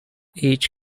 each